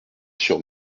sur